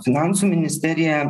finansų ministerija